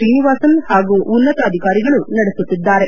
ಶ್ರೀನಿವಾಸನ್ ಹಾಗೂ ಉನ್ನತಾಧಿಕಾರಿಗಳು ನಡಸುತ್ತಿದ್ದಾರೆ